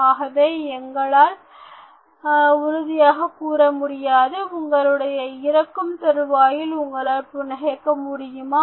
ஆகவே எங்களால் உறுதியாக கூற முடியாது உங்களுடைய இறக்கும் தருவாயில் உங்களால் புன்னகைக்க முடியுமா